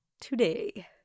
today